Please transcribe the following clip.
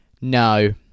No